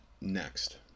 next